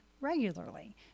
regularly